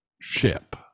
ship